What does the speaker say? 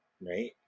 right